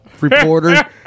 reporter